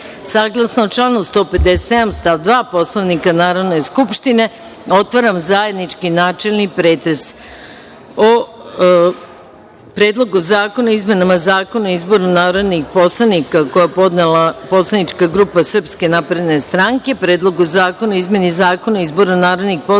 članu 157. stav 2. Poslovnika Narodne skupštine, otvaram zajednički načelni pretres o: Predlogu zakona o izmenama Zakona o izboru narodnih poslanika, koji je podnela poslanička grupa Srpska napredna stranka, Predlogu zakona o izmeni Zakona o izboru narodnih poslanika,